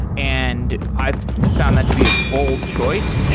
and i found that to be a bold choice.